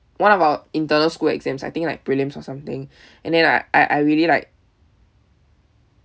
one of our internal school exams I think like prelims or something and I I I really like